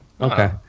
Okay